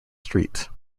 street